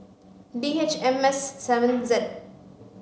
D H M S seven Z